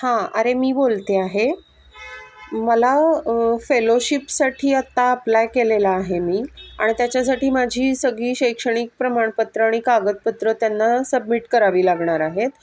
हां अरे मी बोलते आहे मला फेलोशिपसाठी आत्ता अप्लाय केलेलं आहे मी आणि त्याच्यासाठी माझी सगळी शैक्षणिक प्रमाणपत्रं आणि कागदपत्रं त्यांना सबमिट करावी लागणार आहेत